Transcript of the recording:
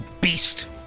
beast